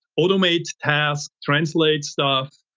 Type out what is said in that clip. automate task, translates stuff,